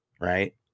right